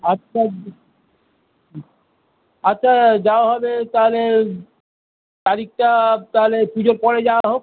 আচ্ছা আচ্ছা যাওয়া হবে তালে তারিখটা তাহলে পুজোর পরে যাওয়া হোক